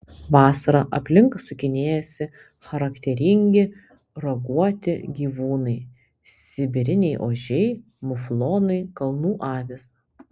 vasarą aplink sukinėjasi charakteringi raguoti gyvūnai sibiriniai ožiai muflonai kalnų avys